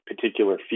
particular